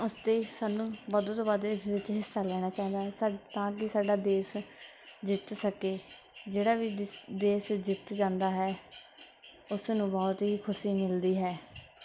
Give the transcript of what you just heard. ਅਤੇ ਸਾਨੂੰ ਵੱਧ ਤੋਂ ਵੱਧ ਇਸ ਵਿੱਚ ਹਿੱਸਾ ਲੈਣਾ ਚਾਹੀਦਾ ਹੈ ਸਾਡੀ ਤਾਂ ਕਿ ਸਾਡਾ ਦੇਸ਼ ਜਿੱਤ ਸਕੇ ਜਿਹੜਾ ਵੀ ਦਿਸ ਦੇਸ਼ ਜਿੱਤ ਜਾਂਦਾ ਹੈ ਉਸ ਨੂੰ ਬਹੁਤ ਹੀ ਖੁਸ਼ੀ ਮਿਲਦੀ ਹੈ